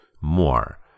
more